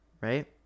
right